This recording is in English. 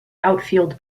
outfield